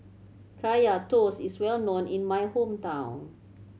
Kaya Toast is well known in my hometown